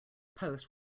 post